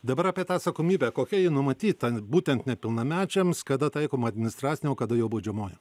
dabar apie tą atsakomybę kokia ji numatyta būtent nepilnamečiams kada taikoma administracinė o kada jau baudžiamoji